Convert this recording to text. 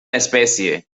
especie